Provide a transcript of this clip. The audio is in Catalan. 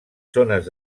zones